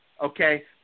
Okay